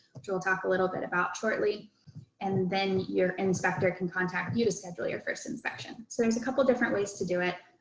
we'll talk a little bit about shortly and then your inspector can contact you to schedule your first inspection. so there's a couple different ways to do it.